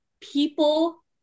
people